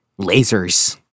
lasers